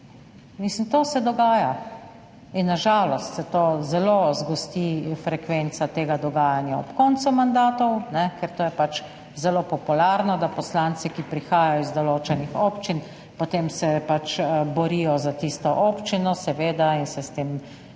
mi. To se dogaja in na žalost se zelo zgosti frekvenca tega dogajanja ob koncu mandatov, ker to je pač zelo popularno, da poslanci, ki prihajajo iz določenih občin, se potem pač borijo za tisto občino in se s tem, jasno